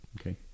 Okay